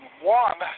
one